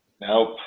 Nope